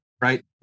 right